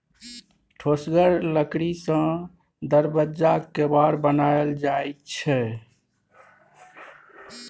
ठोसगर लकड़ी सँ दरबज्जाक केबार बनाएल जाइ छै